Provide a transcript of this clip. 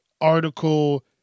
article